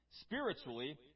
spiritually